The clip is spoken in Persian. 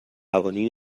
قوانین